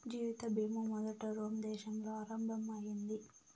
జీవిత బీమా మొదట రోమ్ దేశంలో ఆరంభం అయింది